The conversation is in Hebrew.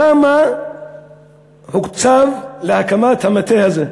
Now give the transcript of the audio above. כמה הוקצב להקמת המטה הזה?